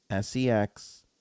sex